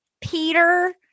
Peter